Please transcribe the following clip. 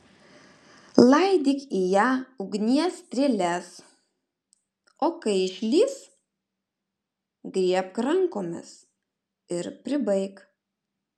laidyk į ją ugnies strėles o kai išlįs griebk rankomis ir pribaik